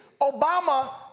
Obama